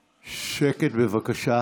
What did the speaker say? שקט, בבקשה.